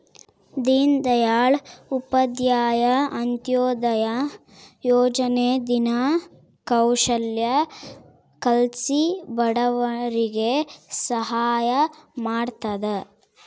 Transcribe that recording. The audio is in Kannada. ದೀನ್ ದಯಾಳ್ ಉಪಾಧ್ಯಾಯ ಅಂತ್ಯೋದಯ ಯೋಜನೆ ದಿನ ಕೌಶಲ್ಯ ಕಲ್ಸಿ ಬಡವರಿಗೆ ಸಹಾಯ ಮಾಡ್ತದ